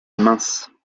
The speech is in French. minces